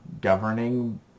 governing